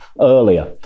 earlier